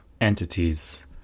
entities